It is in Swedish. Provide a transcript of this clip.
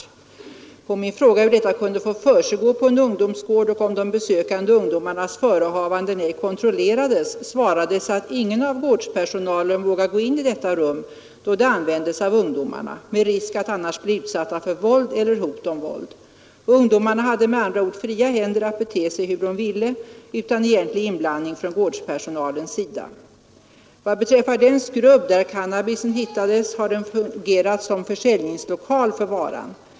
I rapporten står bl.a.: ”På min fråga hur detta kunde få försiggå på en ungdomsgård och om de besökande ungdomarnas förehavanden ej kontrollerades svarades, att ingen av gårdspersonalen vågar gå in i detta rum då det användes av ungdomarna — med risk att annars bli utsatta för våld eller hot om våld. Ungdomarna har med andra ord fria händer att bete sig hur de vill utan egentlig inblandning från gårdspersonalens sida. Vad beträffar den skrubb, där cannabisen hittades, har den fungerat såsom försäljningslokal av varan.